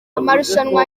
amarushanwa